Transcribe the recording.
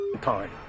time